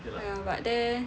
ya but there